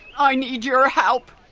i need your help,